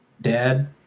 dad